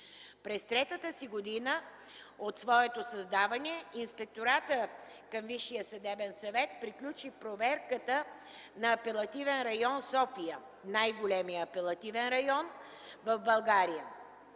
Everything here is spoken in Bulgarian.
През третата година от своето създаване Инспекторатът към Висшия съдебен съвет приключи проверката на апелативен район – София, най-големият апелативен район в България.